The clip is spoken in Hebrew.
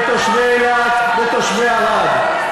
תושבי אילת ותושבי ערד.